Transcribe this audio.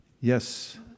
Yes